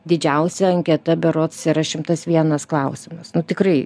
didžiausia anketa berods yra šimtas vienas klausimas tikrai